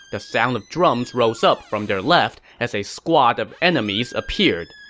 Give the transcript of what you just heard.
the sound of drums rose up from their left as a squad of enemies appeared.